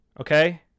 Okay